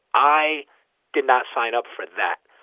i did not sign up for that.